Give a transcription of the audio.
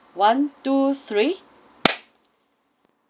one two three